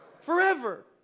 forever